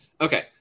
Okay